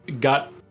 got